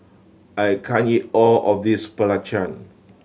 I can't eat all of this belacan